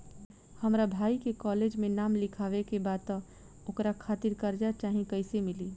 हमरा भाई के कॉलेज मे नाम लिखावे के बा त ओकरा खातिर कर्जा चाही कैसे मिली?